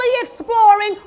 exploring